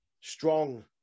Strong